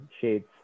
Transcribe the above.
shades